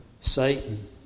Satan